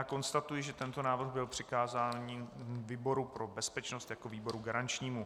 Konstatuji, že tento návrh byl přikázaný výboru pro bezpečnost jako výboru garančnímu.